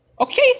Okay